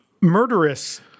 Murderous